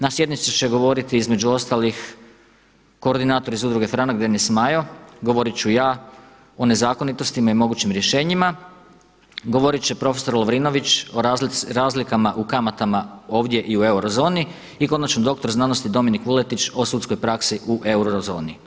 Na sjednici će govoriti između ostalih koordinatori iz Udruge Franak Denis Majo, govorit ću ja o nezakonitostima i mogućim rješenjima, govorit će prof. Lovrinović o razlikama u kamatama ovdje i u eurozoni i konačno dr.sc. Dominik Vuletić o sudskoj praksi u eurozoni.